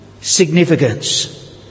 significance